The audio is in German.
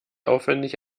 aufwendig